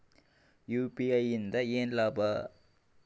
UPI ಇಂದ ಏನ್ ಲಾಭ?